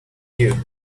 due